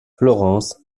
florence